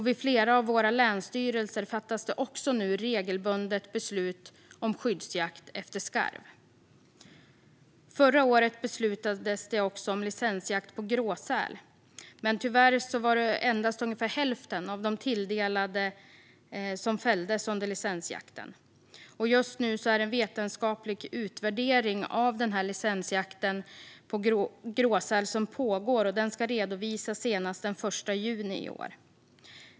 Vid flera av våra länsstyrelser fattas det nu också regelbundet beslut om skyddsjakt på skarv. Förra året beslutades det också om licensjakt på gråsäl. Men tyvärr var det endast ungefär hälften av de tilldelade gråsälarna som fälldes under licensjakten. Just nu pågår en vetenskaplig utvärdering av licensjakten på gråsäl, och den ska redovisas senast den 1 juni i år.